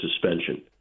suspension